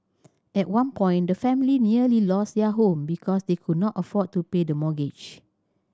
at one point the family nearly lost their home because they could not afford to pay the mortgage